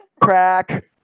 crack